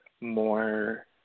more